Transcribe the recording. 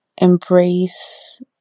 Embrace